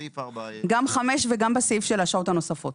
גם 5 וגם בסעיף של השעות הנוספות.